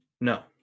No